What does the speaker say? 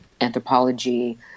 anthropology